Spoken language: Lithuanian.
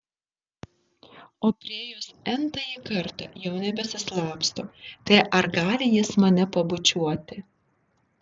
o priėjus n tąjį kartą jau nebesislapsto tai ar gali jis mane pabučiuoti